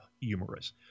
humorous